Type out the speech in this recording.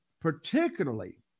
particularly